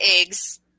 eggs